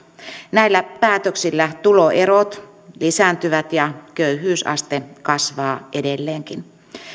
näillä päätöksillä tuloerot lisääntyvät ja köyhyysaste kasvaa edelleenkin